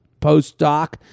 postdoc